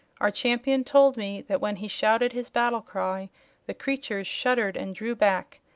our champion told me that when he shouted his battle-cry the creatures shuddered and drew back,